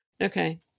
Okay